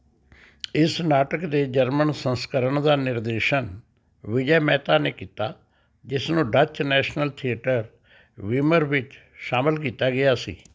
ਇਸ ਨਾਟਕ ਦੇ ਜਰਮਨ ਸੰਸਕਰਣ ਦਾ ਨਿਰਦੇਸ਼ਨ ਵਿਜੇ ਮਹਿਤਾ ਨੇ ਕੀਤਾ ਜਿਸਨੂੰ ਡੱਚ ਨੈਸ਼ਨਲ ਥੀਏਟਰ ਵੀਮਰ ਵਿੱਚ ਸ਼ਾਮਲ ਕੀਤਾ ਗਿਆ ਸੀ